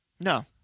No